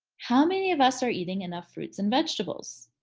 how many of us are eating enough fruits and vegetables?